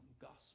gospel